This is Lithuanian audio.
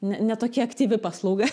ne ne tokia aktyvi paslauga